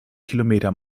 kilometer